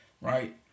right